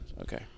okay